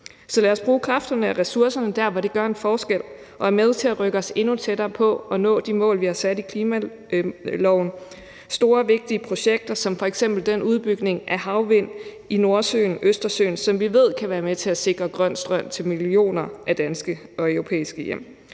Så lad os bruge kræfterne og ressourcerne der, hvor det gør en forskel og er med til at rykke os endnu tættere på at nå de mål, vi har sat i klimaloven. Det er store, vigtige projekter som f.eks. den udbygning af havvind i Nordsøen, Østersøen, som vi ved kan være med til at sikre grøn strøm til millioner af danske og europæiske hjem.